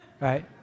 right